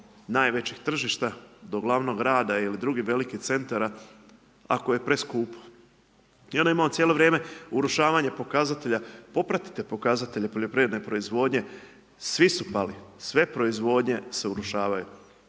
najvećih tržišta, do glavnog rada ili drugih velikih centara ako je preskupo. I onda imamo cijelo vrijeme urušavanje pokazatelja, popratite pokazatelje poljoprivredne proizvodnje, svi su pali, sve proizvodnje se urušavaju